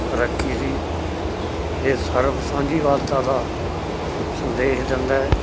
ਰੱਖੀ ਸੀ ਇਹ ਸਰਬ ਸਾਂਝੀਵਾਲਤਾ ਦਾ ਸੰਦੇਸ਼ ਦਿੰਦਾ ਹੈ